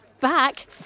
back